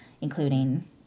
including